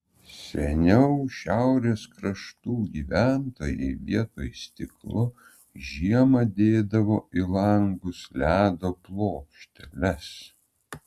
seniau šiaurės kraštų gyventojai vietoj stiklo žiemą dėdavo į langus ledo plokšteles